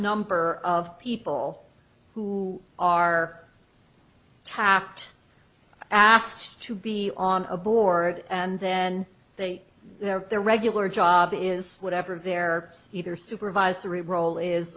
number of people who are tapped asked to be on a board and then they have their regular job is whatever they're either supervisory role is